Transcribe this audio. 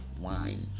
wine